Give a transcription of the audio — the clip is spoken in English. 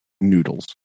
noodles